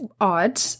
odd